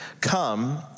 come